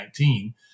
2019